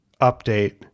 update